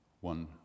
one